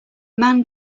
man